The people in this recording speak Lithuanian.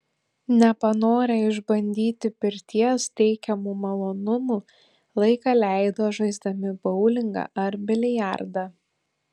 nepanorę išbandyti pirties teikiamų malonumų laiką leido žaisdami boulingą ar biliardą